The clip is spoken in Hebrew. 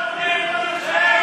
נגד אורלי לוי אבקסיס,